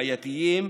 בעייתיים,